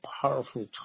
powerful